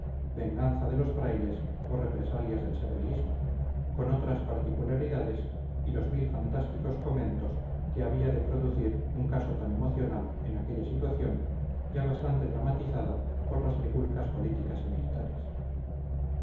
venganza de los frailes o represalias del servilismo con otras particularidades y los mil fantásticos comentos que había de producir un caso tan emocional en aquella situación ya bastante dramatizada por las trifulcas políticas y militares